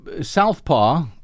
Southpaw